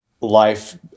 life